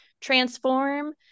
transform